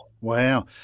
Wow